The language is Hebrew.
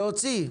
לצאת בבקשה.